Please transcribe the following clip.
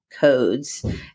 codes